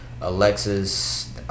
Alexis